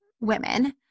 women